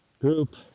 group